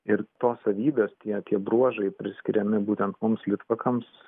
ir tos savybės tie tie bruožai priskiriami būtent mums litvakams